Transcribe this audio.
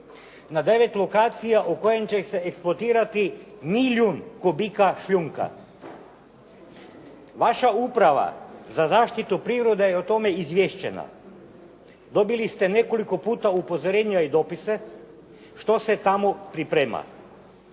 na 9 lokacija u kojima će se eksploatirati milijun kubika šljunka. Vaša uprava za zaštitu prirode je o tome izvještena. Dobili ste nekoliko puta upozorenje i dopise što se tamo priprema.